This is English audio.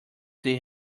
they